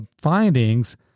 findings